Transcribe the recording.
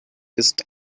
ist